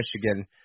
Michigan